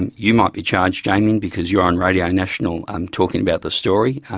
and you might be charged, damien, because you're on radio national um talking about the story,